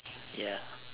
ya